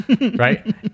Right